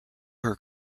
her